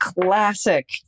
classic